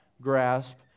grasp